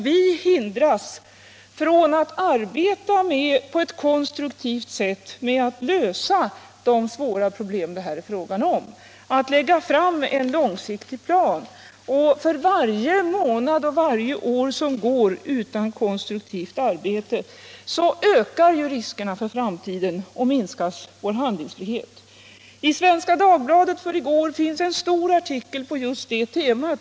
Vi hindras från att arbeta på ett konstruktivt sätt för att lösa de svåra problem det här är fråga om, att lägga fram en långsiktig plan. För varje månad och för varje år som går utan konstruktivt arbete ökar ju riskerna för framtiden och vår handlingsfrihet minskar. I Svenska Dagbladet för i går finns det en stor artikel på just detta tema.